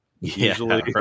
Usually